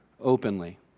openly